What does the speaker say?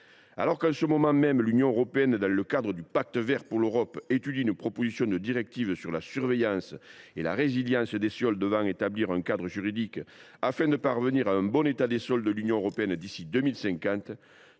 Alors qu’en ce moment même l’Union européenne, dans le cadre du Pacte vert pour l’Europe, étudie une directive sur la surveillance et la résilience des sols, pour établir un cadre juridique visant à parvenir à un bon état des sols de l’Union européenne d’ici à 2050,